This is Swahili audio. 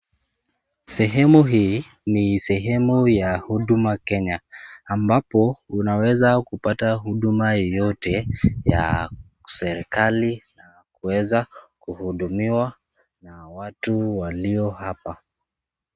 Sehemu hii, ni Sehemu ya huduma Kenya, ambapo unaweza kupata huduma yeyote, ya serikali, na kuweza kuhidumiwa na watu walio hapa.